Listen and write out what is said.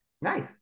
Nice